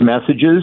messages